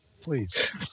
Please